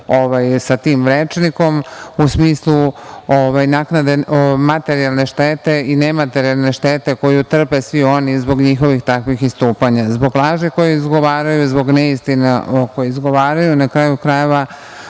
sa tim rečnikom, u smislu naknade materijalne štete i nematerijalne štete koju trpe svi oni zbog njihovih takvih istupanja, zbog laži koje izgovaraju, zbog neistina koje izgovaraju. Na kraju krajeva,